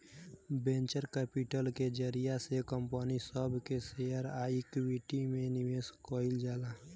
venture capital के जरिया से कंपनी सब के शेयर आ इक्विटी में निवेश कईल जाला